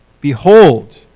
Behold